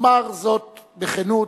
אומר זאת בכנות,